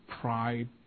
pride